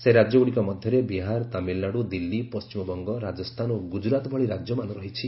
ସେହି ରାଜ୍ୟଗୁଡ଼ିକ ମଧ୍ୟରେ ବିହାର ତାମିଲନାଡୁ ଦିଲ୍ଲୀ ପଶ୍ଚିମବଙ୍ଗ ରାଜସ୍ଥାନ ଓ ଗୁଜରାତ ଭଳି ରାଜ୍ୟମାନ ରହିଛି